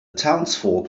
townsfolk